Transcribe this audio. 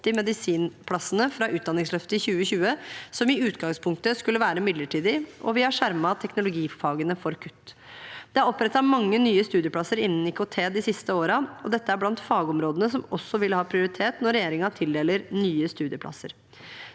medisinplassene fra utdanningsløftet i 2020 som i utgangspunktet skulle være midlertidige, og vi har skjermet teknologifagene for kutt. Det er opprettet mange nye studieplasser innen IKT de siste årene, og dette er blant fagområdene som også vil ha prioritet når regjeringen tildeler nye studieplasser.